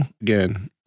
again